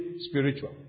spiritual